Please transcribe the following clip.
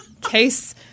case